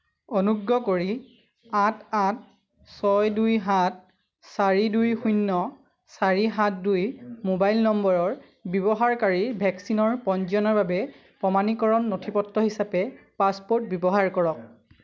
অনুগ্ৰহ কৰি আঠ আঠ ছয় দুই সাত চাৰি দুই শূণ্য চাৰি সাত দুই মোবাইল নম্বৰৰ ব্যৱহাৰকাৰীৰ ভেকচিনৰ পঞ্জীয়নৰ বাবে প্ৰমাণীকৰণ নথি পত্ৰ হিচাপে পাছপ'ৰ্ট ব্যৱহাৰ কৰক